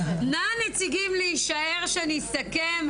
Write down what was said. נציגים, נא להישאר, שאני אסכם.